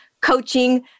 coaching